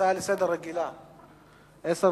הצעה לסדר-היום שמספרה 2380,